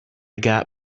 got